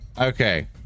Okay